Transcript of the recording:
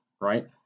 right